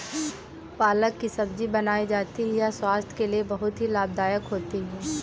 पालक की सब्जी बनाई जाती है यह स्वास्थ्य के लिए बहुत ही लाभदायक होती है